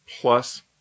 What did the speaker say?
plus